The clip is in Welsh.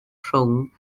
rhwng